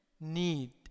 need